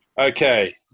okay